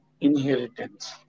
inheritance